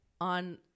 on